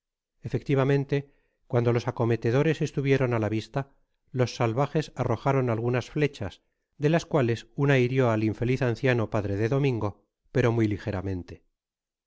efectivamente cuando los acometedores estuvieron á la vista los salvajes arrojaron algunas flechas de las cuales una hirio al infeliz anciano padre de domingo pero muy ligeramente